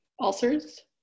ulcers